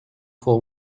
vol